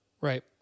Right